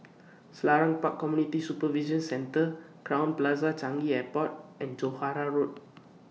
Selarang Park Community Supervision Centre Crowne Plaza Changi Airport and Johore Road